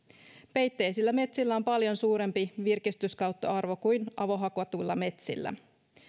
peitteisillä metsillä on paljon suurempi virkistyskäyttöarvo kuin avohakatuilla metsillä